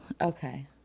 Okay